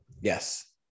Yes